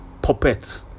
Puppet